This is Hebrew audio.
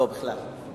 לא, בכלל לא.